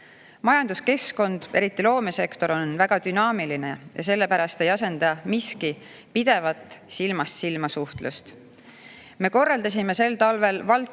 suvel. Majanduskeskkond, eriti loomesektor, on väga dünaamiline ja sellepärast ei asenda miski pidevat silmast silma suhtlust. Me korraldasime sel talvel valdkondlike